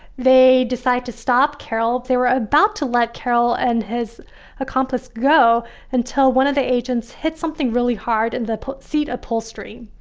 they decide to stop, carol. they were about to let carroll and his accomplice go until one of the agents hit something really hard and they put seat upholstery.